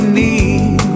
need